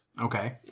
Okay